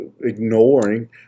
ignoring